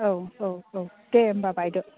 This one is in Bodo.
औ औ औ दे होनबा बायद'